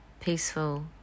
peaceful